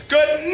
Good